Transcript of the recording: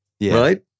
right